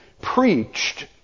Preached